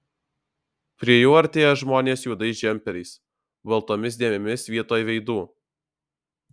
prie jų artėja žmonės juodais džemperiais baltomis dėmėmis vietoj veidų